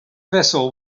vessel